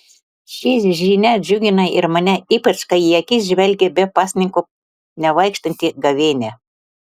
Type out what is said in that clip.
ši žinia džiugina ir mane ypač kai į akis žvelgia be pasninko nevaikštanti gavėnia